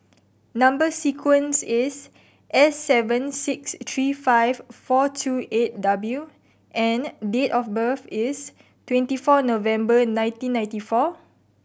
number sequence is S seven six three five four two eight W and date of birth is twenty four November nineteen ninety four